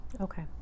Okay